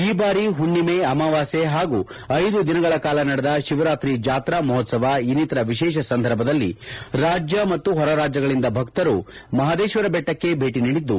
ಈ ಬಾರಿ ಹುಣ್ಣಿಮೆ ಅಮಾವಾಸ್ಯೆ ಹಾಗೂ ಐದು ದಿನಗಳ ಕಾಲ ನಡೆದ ಶಿವರಾತ್ರಿ ಜಾತ್ರಾ ಮಹೋತ್ಸವ ಇನ್ನಿತರ ವಿಶೇಷ ಸಂದರ್ಭದಲ್ಲಿ ರಾಜ್ಯ ಮತ್ತು ಹೊರರಾಜ್ಯಗಳಿಂದ ಭಕ್ತರು ಮಹದೇಶ್ವರಬೆಟ್ಟಕ್ಕೆ ಭೇಟ ನೀಡಿದ್ದು